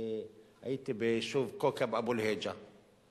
יש היום בעולם יותר ויותר חשיבה על איך